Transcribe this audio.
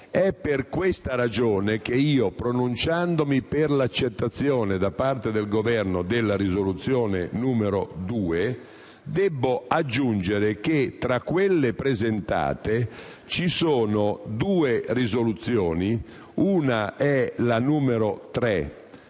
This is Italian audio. È per questa ragione che io, pronunciandomi per l'accettazione da parte del Governo della risoluzione n. 2, debbo aggiungere che, tra quelle presentate, ci sono le risoluzioni n. 3 e n. 4